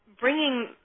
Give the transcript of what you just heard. bringing